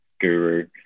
guru